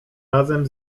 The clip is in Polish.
razem